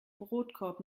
brotkorb